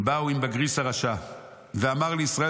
מישהו אמר לי אתמול,